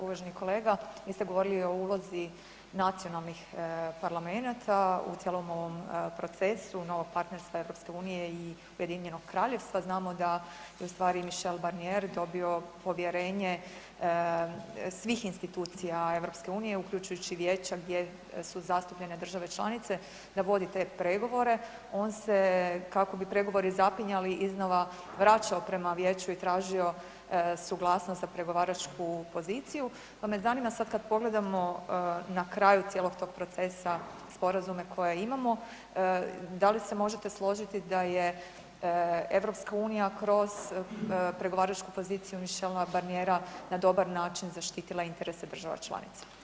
Uvaženi kolega, vi ste govorili o ulozi nacionalnih parlamenata u cijelom ovom procesu, novog partnerstva EU-a i UK-a, znamo da ustvari Michel Barnier je dobio povjerenje svih institucija EU-a, uključujući i Vijeće gdje su zastupljene države članice da vodi te pregovore, on se kako bi pregovori zapinjali, iznova vraćao prema Vijeću i tražio suglasnost za pregovaračku poziciju pa me zanima sad kad pogledamo na kraju cijelog tog procesa, sporazume koje imamo, da li se možete složiti da je EU kroz pregovaračku poziciju Michela Barniera na dobar način zaštitila interese država članica?